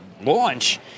launch